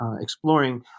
exploring